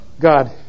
God